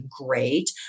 great